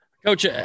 Coach